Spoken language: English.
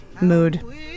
mood